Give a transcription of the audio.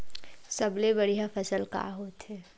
सबले बढ़िया फसल का होथे?